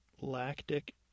Lactic